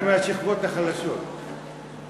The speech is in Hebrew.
את מהשכבות החלשות,